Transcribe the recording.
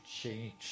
change